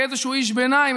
כאיזשהו איש ביניים,